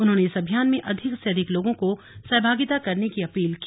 उन्होंने इस अभियान में अधिक से अधिक लोगों को सहभागिता करने की अपील की